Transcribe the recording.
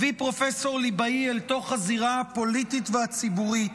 הביא פרופ' ליבאי לתוך הזירה הפוליטית והציבורית,